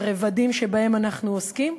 הרבדים שבהם אנחנו עוסקים.